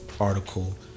article